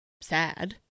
sad